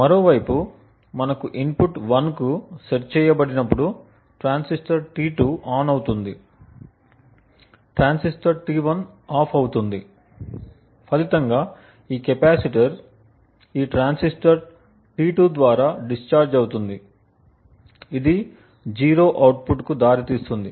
మరోవైపు మనకు ఇన్పుట్ 1 కు సెట్ చేయబడినప్పుడు ట్రాన్సిస్టర్ T2 ఆన్ అవుతుంది ట్రాన్సిస్టర్ T1 ఆఫ్ అవుతుంది ఫలితంగా ఈ కెపాసిటర్ ఈ ట్రాన్సిస్టర్ T2 ద్వారా డిశ్చార్జి అవుతుంది ఇది 0 అవుట్పుట్కు దారితీస్తుంది